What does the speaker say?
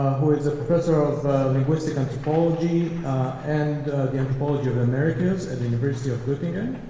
who is a professor of linguist anthropology and the anthropology of americans at the university of gottingen.